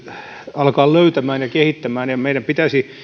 alkaa löytämään ja kehittämään ja meidän pitäisi